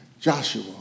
joshua